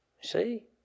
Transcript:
See